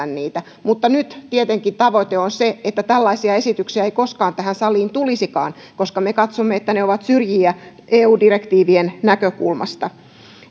niitä mutta nyt tietenkin tavoite on se että tällaisia esityksiä ei koskaan tähän saliin tulisikaan koska me katsomme että ne ovat syrjiviä eu direktiivien näkökulmasta